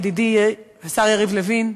ידידי השר יריב לוין,